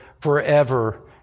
forever